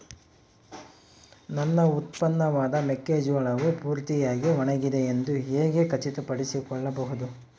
ನನ್ನ ಉತ್ಪನ್ನವಾದ ಮೆಕ್ಕೆಜೋಳವು ಪೂರ್ತಿಯಾಗಿ ಒಣಗಿದೆ ಎಂದು ಹೇಗೆ ಖಚಿತಪಡಿಸಿಕೊಳ್ಳಬಹುದು?